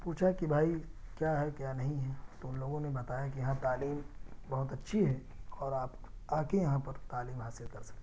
پوچھا کہ بھائی کیا ہے کیا نہیں ہے تو ان لوگوں نے بتایا کہ یہاں تعلیم بہت اچھی ہے اور آپ آ کے یہاں پر تعلیم حاصل کر سکتے ہیں